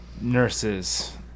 Nurses